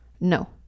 no